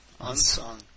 unsung